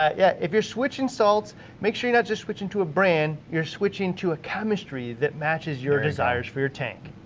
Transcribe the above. ah yeah if you're switching salts make sure you're not just switching to a brand you're switching to a chemistry that matches your desires for your tank.